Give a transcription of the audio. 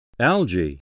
Algae